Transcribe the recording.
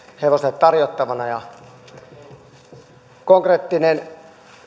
hevoselle tarjottavana konkreettinen